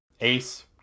ace-